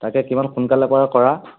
তাকে কিমান সোনকালে পৰা কৰা